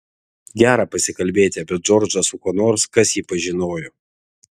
gera pasikalbėti apie džordžą su kuo nors kas jį pažinojo